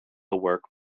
work